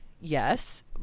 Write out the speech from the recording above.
yes